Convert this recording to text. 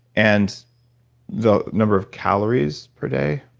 and the number of calories per day